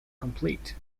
complete